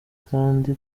kandi